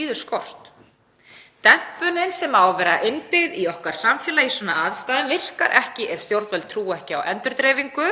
líður skort. Dempunin sem á að vera innbyggð í okkar samfélag í svona aðstæðum virkar ekki ef stjórnvöld trúa ekki á endurdreifingu.